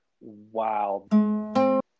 Wow